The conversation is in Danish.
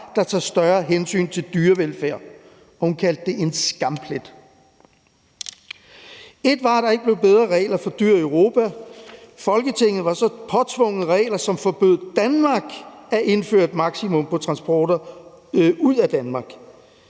der tager større hensyn til dyrevelfærd.« Hun kaldte det en skamplet. Ét var, at der ikke blev bedre regler for dyr i Europa. Folketinget var også påtvunget regler, som forbød Danmark at indføre et maksimum for transporter ud af Danmark.